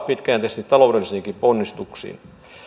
pitkäjänteisesti taloudellisiinkin ponnistuksiin